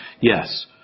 Yes